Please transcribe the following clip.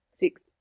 six